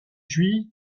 juive